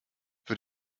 für